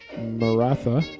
Maratha